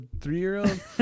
three-year-old